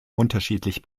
unterschiedlich